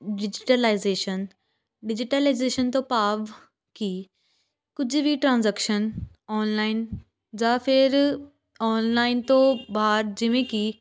digitalisation digitalization ਤੋਂ ਭਾਵ ਕਿ ਕੁਝ ਵੀ ਟ੍ਰਾਂਜੈਕਸ਼ਨ ਔਨਲਾਈਨ ਜਾਂ ਫਿਰ ਔਨਲਾਈਨ ਤੋਂ ਬਾਅਦ ਜਿਵੇਂ ਕਿ